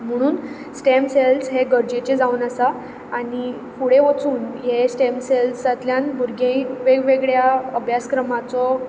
म्हणून stem cells हे गरजेचे जावन आसात आनी फुडें वचून हे स्टेम सेल्सांतल्यान भुरगीं वेगवेगळ्या अभ्यासक्रमाचो